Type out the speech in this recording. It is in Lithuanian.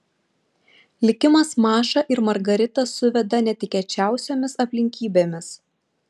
likimas mašą ir margaritą suveda netikėčiausiomis aplinkybėmis